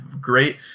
great